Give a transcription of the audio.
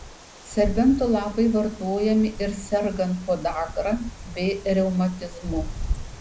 serbentų lapai vartojami ir sergant podagra bei reumatizmu